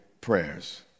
prayers